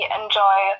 enjoy